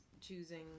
choosing